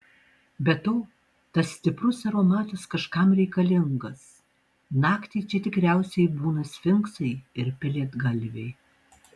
be to tas stiprus aromatas kažkam reikalingas naktį čia tikriausiai būna sfinksai ir pelėdgalviai